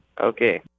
Okay